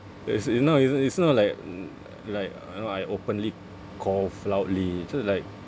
it's you know it's it's not like like you know I openly cough loudly just like